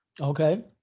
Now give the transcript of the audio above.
okay